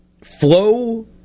Flow